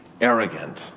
Arrogant